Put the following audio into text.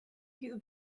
you